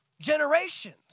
Generations